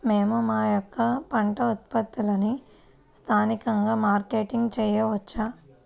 మేము మా యొక్క పంట ఉత్పత్తులని స్థానికంగా మార్కెటింగ్ చేయవచ్చా?